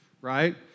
right